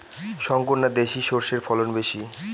শংকর না দেশি সরষের ফলন বেশী?